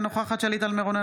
אינה נוכחת שלי טל מירון,